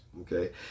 Okay